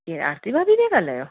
ही आरती भाभी पिया ॻाल्हायो